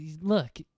look